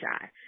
shy